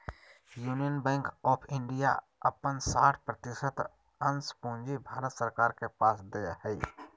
union bank of India अपन साठ प्रतिशत अंश पूंजी भारत सरकार के पास दे हइ